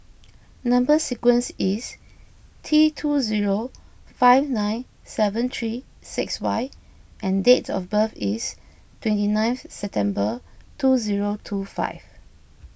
Number Sequence is T two zero five nine seven three six Y and dates of birth is twenty ninth September two zero two five